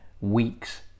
weeks